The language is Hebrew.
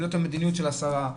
זאת המדיניות של השרה,